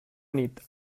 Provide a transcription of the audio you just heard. need